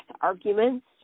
arguments